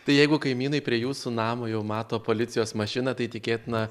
tai jeigu kaimynai prie jūsų namo jau mato policijos mašiną tai tikėtina